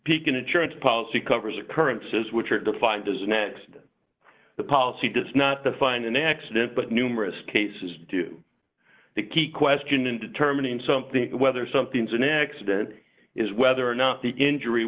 pekin insurance policy covers occurrences which are defined does next the policy does not define an accident but numerous cases do the key question in determining something whether something is an accident is whether or not the injury